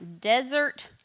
desert